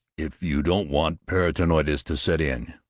if you don't want peritonitis to set in,